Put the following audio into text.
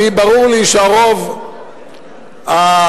ברור לי שהרוב הקואליציוני,